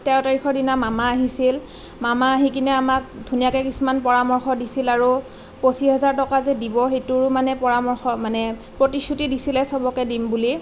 তেৰ তাৰিখৰ দিনা মামা আহিছিল মামা আহি কিনে আমাক ধুনীয়াকৈ কিছুমান পৰামৰ্শ দিছিল আৰু পঁচিছ হেজাৰ টকা যে দিব সেইটোৰো মানে পৰামৰ্শ প্ৰতিশ্ৰুতি দিছিলে চবকে দিম বুলি